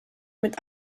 mit